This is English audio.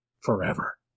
forever